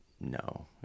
no